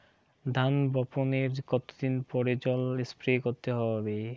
ধান বপনের কতদিন পরে জল স্প্রে করতে হবে?